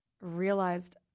realized